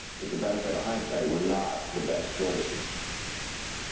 with the benefit of hindsight, were not the best choices